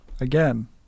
Again